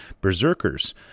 Berserkers